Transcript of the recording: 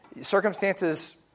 circumstances